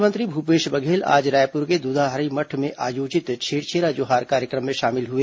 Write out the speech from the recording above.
मुख्यमंत्री भूपेश बघेल आज रायपुर के दूधाधारी मठ में आयोजित छेरछेरा जोहार कार्यक्रम में शामिल हए